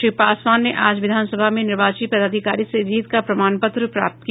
श्री पासवान ने आज विधान सभा में निर्वाची पदाधिकारी से जीत का प्रमाण पत्र प्राप्त किया